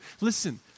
listen